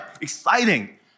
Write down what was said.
Exciting